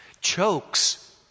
chokes